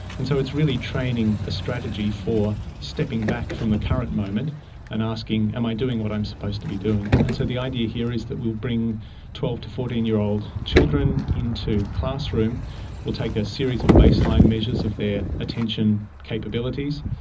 and so it's really training a strategy for stepping back from the current moment and asking am i doing what i'm supposed to be doing. and so the idea here is we will bring twelve to fourteen year old children into the classroom, we will take a series of baseline measures of their attention capabilities,